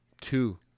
two